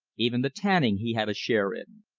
even the tanning he had a share in.